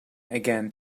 again